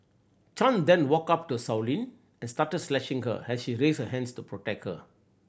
Chan then walked up to Sow Lin and started slashing her as she raised her hands to protect her